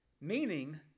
meaning